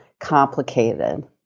complicated